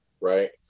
Right